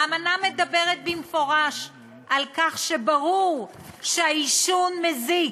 האמנה מדברת במפורש על כך שברור שהעישון מזיק,